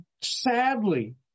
sadly